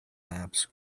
maps